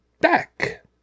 back